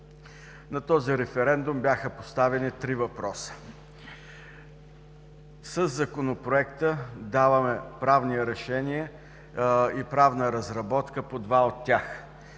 На този референдум бяха поставени три въпроса. Със Законопроекта даваме правни решения и правна разработка по два от тях.